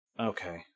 Okay